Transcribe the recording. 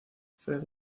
fred